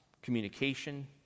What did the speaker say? communication